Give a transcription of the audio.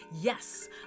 Yes